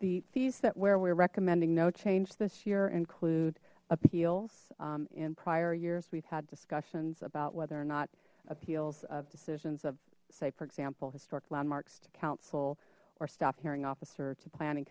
the fees that where we're recommending no change this year include appeals in prior years we've had discussions about whether or not appeals of decisions of say for example historic landmarks to council or staff hearing officer to planning